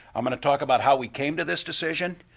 i'm going to talk about how we came to this decision,